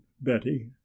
Betty